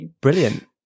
brilliant